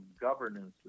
governance